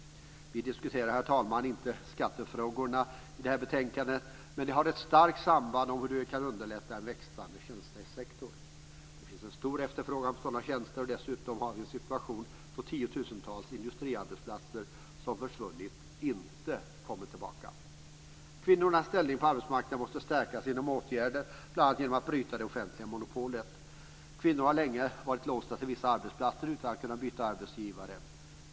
Vi diskuterar, herr talman, inte skattefrågorna i det här betänkandet, men de har ett starkt samband med hur vi kan underlätta en växande tjänstesektor. Det finns en stor efterfrågan på sådana tjänster, och dessutom har vi en situation då tiotusentals industriarbetsplatser som försvunnit inte kommer tillbaka. Kvinnornas ställning på arbetsmarknaden måste stärkas genom åtgärder, bl.a. genom att bryta det offentliga monopolet. Kvinnor har länge varit låsta till vissa arbetsplatser utan att kunna byta arbetsgivare.